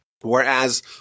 whereas